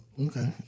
okay